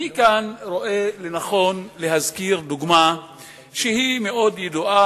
כאן אני רואה לנכון להזכיר דוגמה שהיא מאוד ידועה,